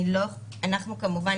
כמובן,